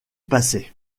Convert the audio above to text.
passait